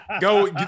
Go